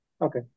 Okay